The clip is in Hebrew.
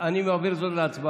אני מעביר את זה להצבעה.